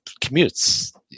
commutes